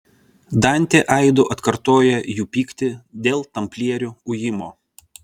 dantė aidu atkartoja jų pyktį dėl tamplierių ujimo